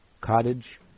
cottage